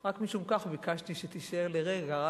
רק משום כך ביקשתי שתישאר לרגע,